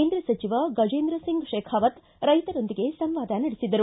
ಕೇಂದ್ರ ಸಚಿವ ಗಜೇಂದ್ರಸಿಂಗ್ ಶೇಖಾವತ್ ರೈತರೊಂದಿಗೆ ಸಂವಾದ ನಡೆಸಿದರು